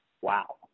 Wow